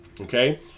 Okay